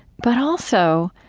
but also,